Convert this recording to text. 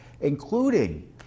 including